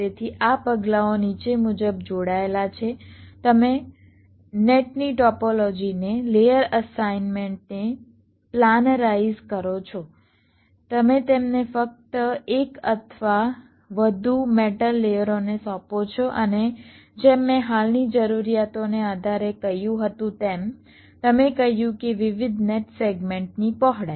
તેથી આ પગલાઓ નીચે મુજબ જોડાયેલા છે તમે નેટની ટોપોલોજીને લેયર અસાઇનમેન્ટને પ્લાનરાઇઝ કરો છો તમે તેમને ફક્ત એક અથવા વધુ મેટલ લેયરોને સોંપો છો અને જેમ મેં હાલની જરૂરિયાતોને આધારે કહ્યું હતું તેમ તમે કહ્યું કે વિવિધ નેટ સેગમેન્ટ ની પહોળાઈ